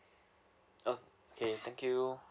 okay thank you